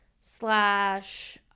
slash